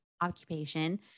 occupation